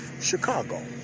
Chicago